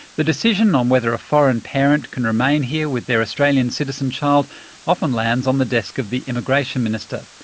the decision on whether a foreign parent can remain here with their australian citizen child often lands on the desk of the immigration minister,